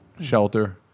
shelter